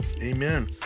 amen